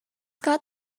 got